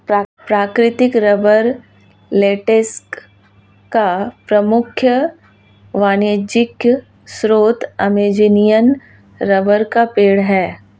प्राकृतिक rubber latex का प्रमुख वाणिज्यिक स्रोत अमेज़ॅनियन रबर का पेड़ है